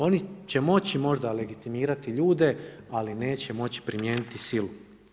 Oni će moći možda legitimirati ljude ali neće moći primijeniti silu.